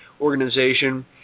organization